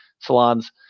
salons